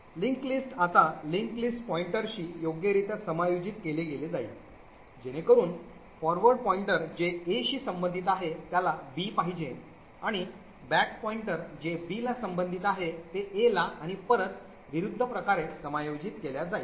linked list आता link list pointers शी योग्यरित्या समायोजित केले जाईल जेणेकरून forward pointer जे a शी संबंधित आहे त्याला b पाहिजे आणि back pointer जे b ला संबंधित आहे ते a ला आणि परत विरुद्ध प्रकारे समायोजित केल्या जाईल